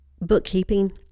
Bookkeeping